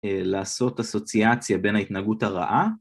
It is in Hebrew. לעשות אסוציאציה בין ההתנהגות הרעה